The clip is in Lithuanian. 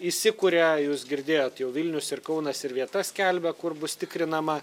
įsikuria jūs girdėjot jau vilnius ir kaunas ir vietas skelbia kur bus tikrinama